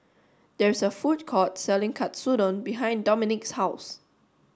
there is a food court selling Katsudon behind Dominik's house